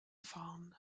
fahren